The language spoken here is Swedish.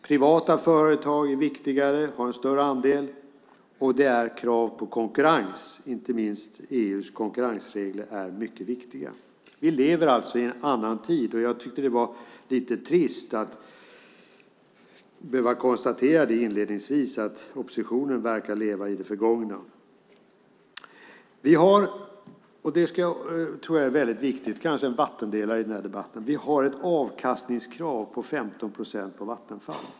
Privata företag är viktigare, har en större andel, och det är krav på konkurrens. Inte minst EU:s konkurrensregler är mycket viktiga. Vi lever alltså i en annan tid, och jag tyckte att det var lite trist att inledningsvis behöva konstatera att oppositionen verkar leva i det förgångna. Vi har något som jag tror är väldigt viktigt; det är kanske en vattendelare i den här debatten. Vi har ett avkastningskrav på 15 procent på Vattenfall.